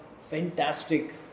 fantastic